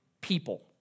people